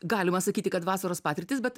galima sakyti kad vasaros patirtys bet